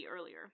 earlier